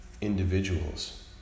individuals